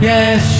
Yes